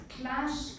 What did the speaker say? clash